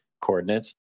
coordinates